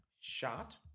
shot